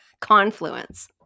confluence